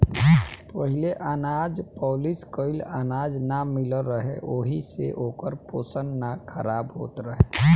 पहिले अनाज पॉलिश कइल अनाज ना मिलत रहे ओहि से ओकर पोषण ना खराब होत रहे